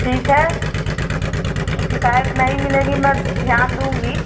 ठीक है वो शिकायत नहीं मिलेगी मैं ध्यान दूँगी